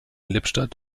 lippstadt